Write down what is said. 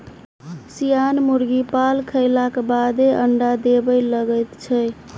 सियान मुर्गी पाल खयलाक बादे अंडा देबय लगैत छै